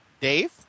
Dave